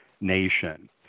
nation